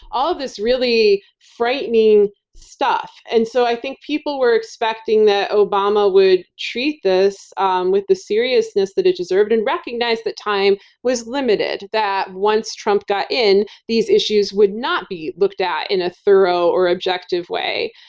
all of this really frightening stuff. and so i think people were expecting that obama would treat this um with the seriousness that it deserved and recognize that time was limited, that once trump got in, these issues would not be looked at in a thorough or objective way.